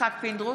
יצחק פינדרוס,